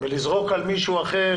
לזרוק על מישהו אחר,